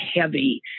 heavy